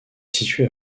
situé